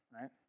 right